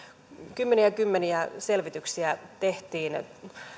kymmeniä ja kymmeniä selvityksiä tehtiin ja